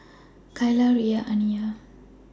Kaylah Riya and Aniyah